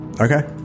okay